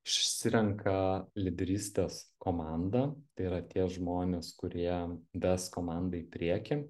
išsirenka lyderystės komandą tai yra tie žmonės kurie ves komandą į priekį